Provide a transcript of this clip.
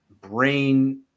brain